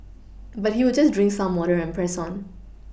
but he would just drink some water and press on